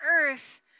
earth